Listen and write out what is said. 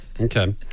Okay